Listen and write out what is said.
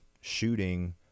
shooting